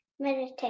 Meditate